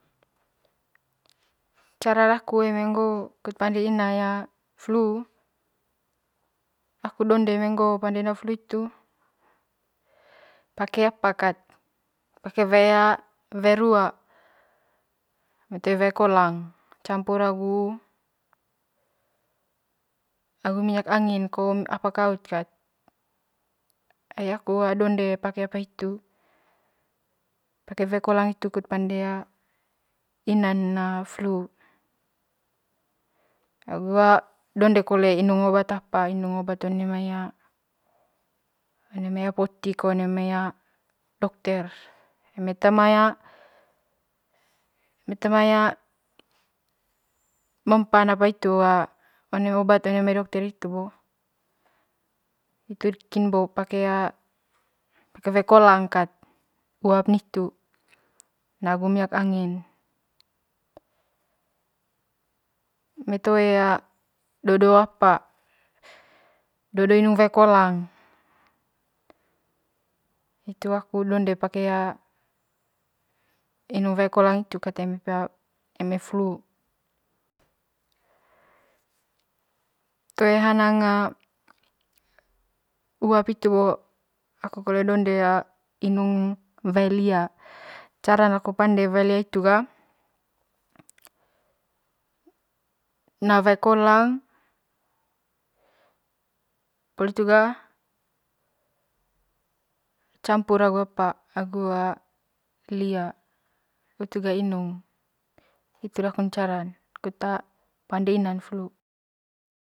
Fara daku eme ngo'o kut pande ina flu, aku donde eme ngo'o pande flu hitu pake apa kat pake wae rua eme toe wae kolang campur agu, agu minyak angkin ko appa kaut kat ai aku donde pake apa hitu pake wae kolang hitu kut pande inan flu. agu done kole inung obat apa inung obat ome mai one mai apotik ko one mai dokter eme toe ma ya eme toe ma ya mempan apa hitu one mai onat one mai dokter hitu bo hitu kin bo pake wae kolang kat luap nitu na;a agu minyak angin eme toe do- do apa do do inung wae kolang hituu aku donde pake inung wae kolang hitu kat eme eme flu toe hanang uap hitu bo aku kole donde inug wae lia caran laku pande wae lia hitu ga na wae kolang poli hitu ga campur agu apa agu lia poli hitu ga inung hitu dakun caran kut oande inan flu.